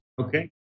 Okay